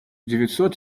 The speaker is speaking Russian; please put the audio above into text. девятьсот